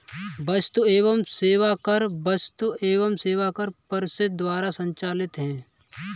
वस्तु एवं सेवा कर वस्तु एवं सेवा कर परिषद द्वारा संचालित है